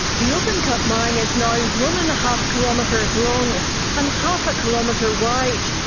the open cut mine is now one and a half kilometres long and half a kilometre wide,